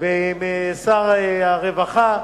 ועם שר הרווחה.